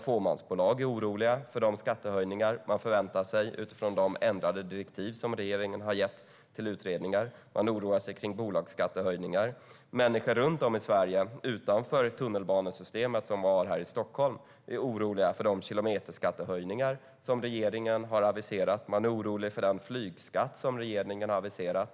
Fåmansbolag är oroliga för de skattehöjningar som de förväntar sig utifrån de ändrade direktiv som regeringen har gett till utredningar. Man oroar sig för bolagsskattehöjningar. Människor runt om i Sverige utanför tunnelbanesystemet här i Stockholm är oroliga för de kilometerskattehöjningar som regeringen har aviserat. Man är orolig för den flygskatt som regeringen har aviserat.